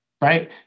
right